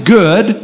good